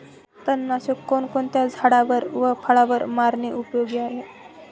तणनाशक कोणकोणत्या झाडावर व फळावर मारणे उपयोगी आहे?